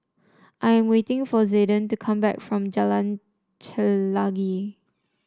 I am waiting for Zayden to come back from Jalan Chelagi